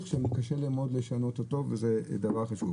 שקשה להם מאוד לשנות אותו וזה דבר חשוב.